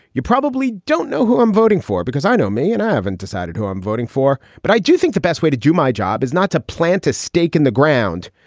you probably don't know who i'm voting for because i know me and i haven't decided who i'm voting for. but i do think the best way to do my job is not to plant a stake in the ground,